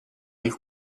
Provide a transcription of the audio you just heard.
nel